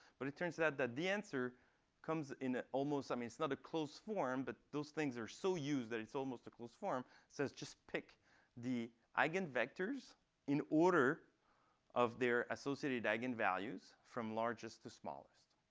but it turns out that the answer comes in ah almost i mean, it's not a closed form, but those things are so used, that it's almost a closed form says, just pick the eigenvectors in order of their associated eigenvalues from largest to smallest.